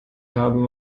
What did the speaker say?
haben